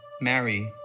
Mary